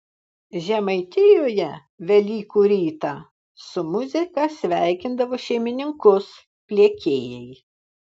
žemaitijoje velykų rytą su muzika sveikindavo šeimininkus pliekėjai